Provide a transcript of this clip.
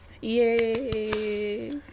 Yay